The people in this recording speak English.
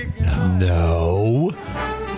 No